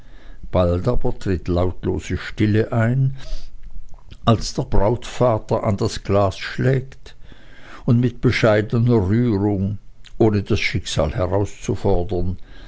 bald aber tritt lautlose stille ein als der brautvater an das glas schlägt und mit bescheidener rührung ohne das schicksal herauszufordern